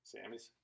Sammy's